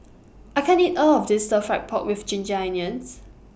I can't eat All of This Stir Fry Pork with Ginger Onions